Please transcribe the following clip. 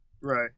right